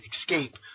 escape